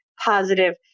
positive